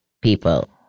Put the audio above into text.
people